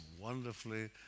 wonderfully